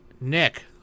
Nick